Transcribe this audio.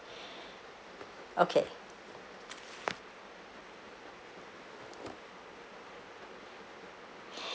okay